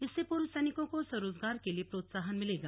इससे पूर्व सैनिकों को स्वरोजगार के लिए प्रोत्साहन मिलेगा